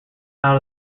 out